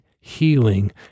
healing